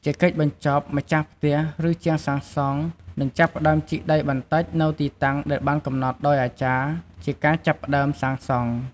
ជាកិច្ចបញ្ចប់ ម្ចាស់ផ្ទះ ឬ ជាងសាងសង់ នឹងចាប់ផ្តើមជីកដីបន្តិចនៅទីតាំងដែលបានកំណត់ដោយអាចារ្យ ជាការចាប់ផ្តើមសាងសង់។